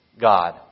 God